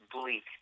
bleak